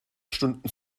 stunden